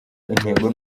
intego